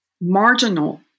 marginal